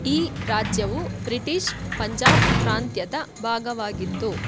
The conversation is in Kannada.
ಈ ರಾಜ್ಯವು ಬ್ರಿಟಿಷ್ ಪಂಜಾಬ್ ಪ್ರಾಂತ್ಯದ ಭಾಗವಾಗಿತ್ತು